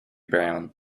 brown